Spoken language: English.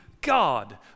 God